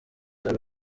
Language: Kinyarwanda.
www